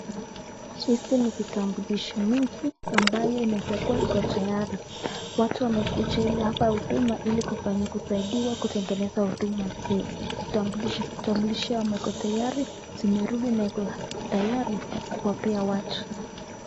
Hizi ni vitambulisho mingi ambayo inazekuwa iko tayari. Watu wamekuja hapa huduma ili kufanya kusaidiwa kutengeneza huduma, kitambulisho ama iko tayari, zimerudi na iko tayari kupea watu.